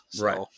Right